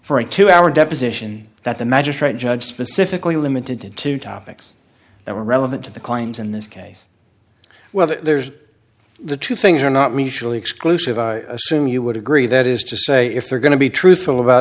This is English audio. for a two hour deposition that the magistrate judge specifically limited to two topics that were relevant to the claims in this case well there's the two things are not mutually exclusive i assume you would agree that is to say if they're going to be truthful about